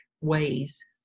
ways